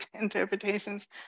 interpretations